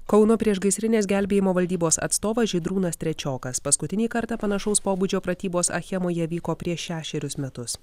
kauno priešgaisrinės gelbėjimo valdybos atstovas žydrūnas trečiokas paskutinį kartą panašaus pobūdžio pratybos achemoje vyko prieš šešerius metus